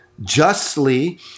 justly